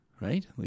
right